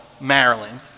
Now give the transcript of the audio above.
Maryland